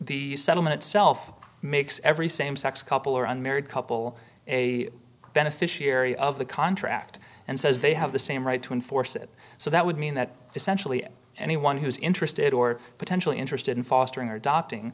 the settlement itself makes every same sex couple or unmarried couple a beneficiary of the contract and says they have the same right to enforce it so that would mean that essentially anyone who's interested or potentially interested in fostering or adopting